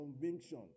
conviction